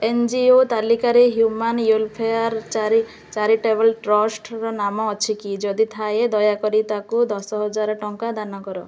N G O ତାଲିକାରେ human welfare charitable ଟ୍ରଷ୍ଟ୍ର ନାମ ଅଛିକି ଯଦି ଥାଏ ଦୟାକରି ତାକୁ ଦଶ ହଜାର ଟଙ୍କା ଦାନ କର